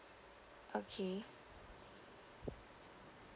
okay